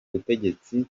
butegetsi